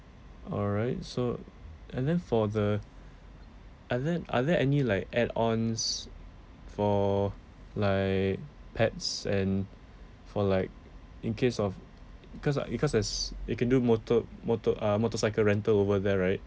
alright so and then for the are there are there any like add ons for like pets and for like in case of because I because there's you can do motor motor uh motorcycle rental over there right